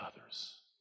others